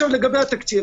לגבי התקציב,